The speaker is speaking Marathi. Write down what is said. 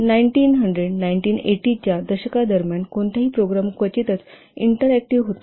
1900 1980 च्या दशकादरम्यान ग्राफिक यूजर इंटरफेस जवळजवळ अस्तित्त्वात नसल्यामुळे कोणताही प्रोग्राम क्वचितच इंटरऍक्टिव्ह होता